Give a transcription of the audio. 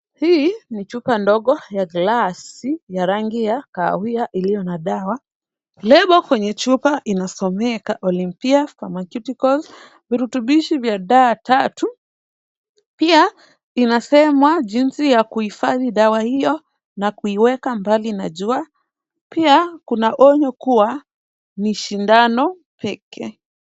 Hii ni chupa ndogo ya glasi ya rangi aya kahawia iliyo na dawa. Lebo kwenye chupa inasomeka Olympia Pharmaceutical, virutubishi vya D3. Pia inasemwa jinsi ya kuhifadhi dawa hiyo na kuiweka mbali na jua. Pia kuna onyo kuwa ni sindano pekee.